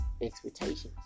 expectations